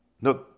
No